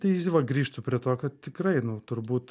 tai va grįžtu prie to kad tikrai nu turbūt